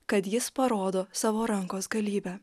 kad jis parodo savo rankos galybę